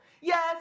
Yes